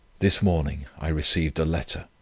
this morning i received a letter,